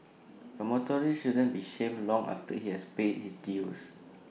A motorist shouldn't be shamed long after he has paid his dues